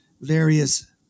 various